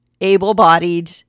able-bodied